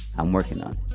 i'm working on it.